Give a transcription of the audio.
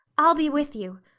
i'll be with you.